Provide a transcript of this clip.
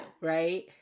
right